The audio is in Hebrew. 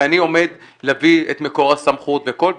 ואני עומד להביא את מקור הסמכות,